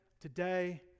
today